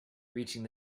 reaching